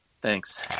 Thanks